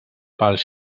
pels